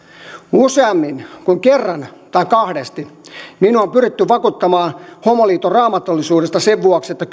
useammin kuin kerran tai kahdesti minua on pyritty vakuuttamaan homoliiton raamatullisuudesta sen vuoksi että